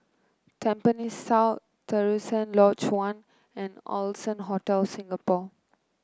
Tampines South Terusan Lodge One and Allson Hotel Singapore